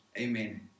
Amen